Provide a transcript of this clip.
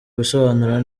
ibisobanuro